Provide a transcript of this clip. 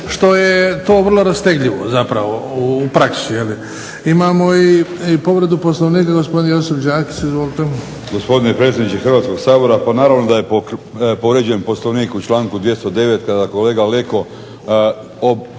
što je to vrlo rastegljivo zapravo u praksi. Imamo i povredu Poslovnika gospodin Josip Đakić. Izvolite. **Đakić, Josip (HDZ)** Gospodine predsjedniče Hrvatskog sabora, pa naravno da je povrijeđen Poslovnik u članku 209. kada kolega Leko one